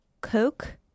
Coke